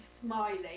smiling